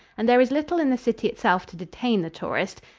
and there is little in the city itself to detain the tourist.